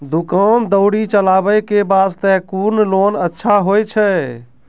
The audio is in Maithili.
दुकान दौरी चलाबे के बास्ते कुन लोन अच्छा होय छै?